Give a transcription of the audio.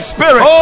Spirit